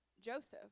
Joseph